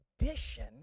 addition